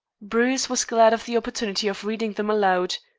bruce was glad of the opportunity of reading them aloud.